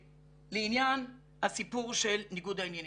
לעניין הסיפור של ניגוד העניינים,